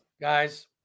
guys